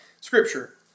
Scripture